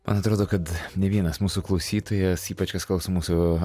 man atrodo kad ne vienas mūsų klausytojas ypač kas klauso mūsų